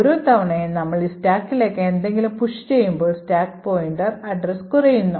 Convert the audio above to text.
ഓരോ തവണയും നമ്മൾ ഈ സ്റ്റാക്കിലേക്ക് എന്തെങ്കിലും പുഷ് ചെയ്യുമ്പോൾ സ്റ്റാക്ക് പോയിന്റർ അഡ്രസ് കുറയുന്നു